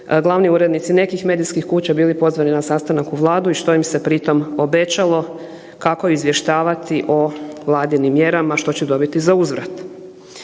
glavni urednici nekih medijskih kuća bili pozvani na sastanak u Vladu i što im se pri tom obećalo, kako izvještavati o Vladinim mjerama što će dobiti za uzvrat.